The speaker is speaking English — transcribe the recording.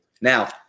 Now